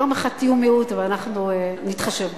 יום אחד תהיו מיעוט, אבל אנחנו נתחשב בכם.